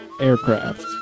aircraft